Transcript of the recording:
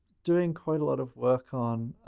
doing quite a lot of work on